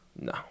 No